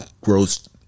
gross